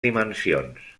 dimensions